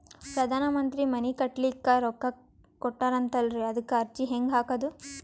ಪ್ರಧಾನ ಮಂತ್ರಿ ಮನಿ ಕಟ್ಲಿಕ ರೊಕ್ಕ ಕೊಟತಾರಂತಲ್ರಿ, ಅದಕ ಅರ್ಜಿ ಹೆಂಗ ಹಾಕದು?